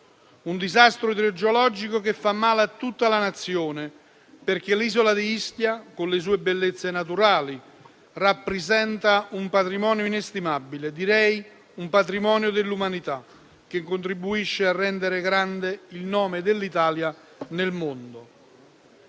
un disastro idrogeologico che fa male a tutta la Nazione, perché l'isola di Ischia, con le sue bellezze naturali, rappresenta un patrimonio inestimabile, direi un patrimonio dell'umanità, che contribuisce a rendere grande il nome dell'Italia nel mondo.